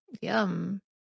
Yum